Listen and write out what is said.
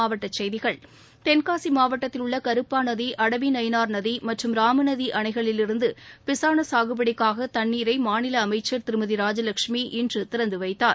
மாவட்ட செய்திகள் தென்காசி மாவட்டத்தில் உள்ள கருப்பாநதி அடவிநவினார் நதி மற்றும் ராமநதி அணைகளிலிருந்து பிசான சாகுபடிக்காக தண்ணீரை மாநில அமைச்சர் திருமதி ராஜலட்சுமி இன்று திறந்து வைத்தார்